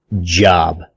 job